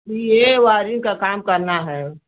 ये वायरिंग का काम करना है